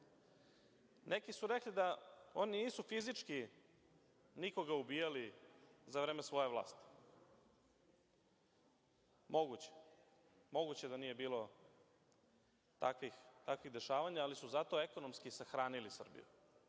Neki su rekli da oni nisu fizički nikoga ubijali za vreme svoje vlasti. Moguće da nije bilo takvih dešavanja, ali su zato ekonomski sahranili Srbiju,